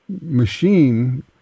machine